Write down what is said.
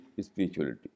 spirituality